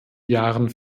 jahren